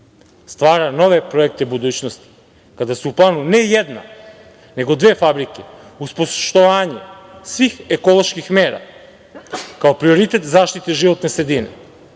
stvara nove projekte budućnosti, kada su u planu ne jedna, nego dve fabrike uz poštovanje svih ekoloških mera kao prioritet zaštite životne sredine. Sa